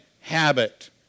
habit